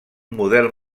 model